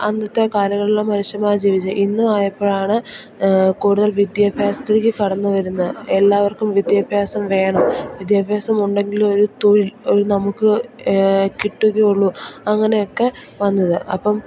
അന്നത്തെ കാലങ്ങളിലെ മനുഷ്യൻമാർ ജീവിച്ചത് ഇന്നും ആയപ്പോഴാണ് കൂടുതൽ വിദ്യാഭ്യാസത്തിലേക്ക് കടന്ന് വരുന്ന എല്ലാവർക്കും വിദ്യാഭ്യാസം വേണം വിദ്യാഭ്യാസം ഉണ്ടെങ്കിലെ ഒരു തൊഴിൽ ഒരു നമുക്ക് കിട്ടുക ഉള്ളൂ അങ്ങനെയൊക്കെ വന്നത് അപ്പം